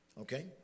Okay